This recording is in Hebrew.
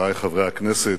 וחברי חברי הכנסת,